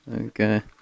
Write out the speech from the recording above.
Okay